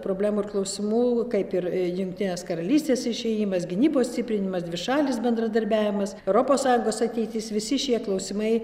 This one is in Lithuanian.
problemų ir klausimų kaip ir jungtinės karalystės išėjimas gynybos stiprinimas dvišalis bendradarbiavimas europos sąjungos ateitis visi šie klausimai